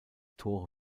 tore